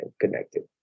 connected